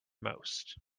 most